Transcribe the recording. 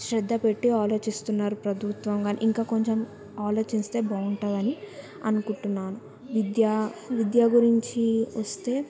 శ్రద్ధ పెట్టి ఆలోచిస్తున్నారు ప్రభుత్వం కానీ ఇంకా కొంచెం ఆలోచిస్తే బాగుంటుందని అనుకుంటున్నాను విద్య విద్య గురించి వస్తే